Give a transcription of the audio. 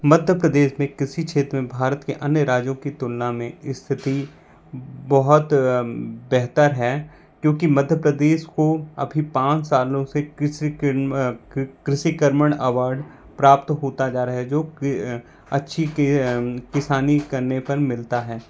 मध्य प्रदेश में कृषि क्षेत्र में भारत के अन्य राज्यों की तुलना में स्थिति बहुत बेहतर है क्योंकि मध्य प्रदेश को अभी पाँच सालों से कृषि क्र्म कृषि कर्मण अवार्ड प्राप्त होता जा रहा है जो अच्छी की किसानी करने पर मिलता है